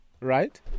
right